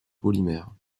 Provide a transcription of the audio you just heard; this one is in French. polymères